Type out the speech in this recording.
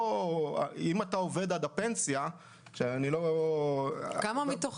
אם אתה עובד עד הפנסיה --- כמה מתוך